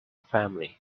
family